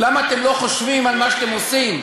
למה אתם לא חושבים על מה שאתם עושים?